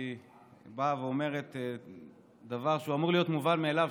היא באה ואומרת דבר שאמור להיות מובן מאליו,